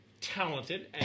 talented